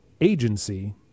agency